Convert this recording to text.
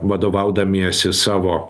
vadovaudamiesi savo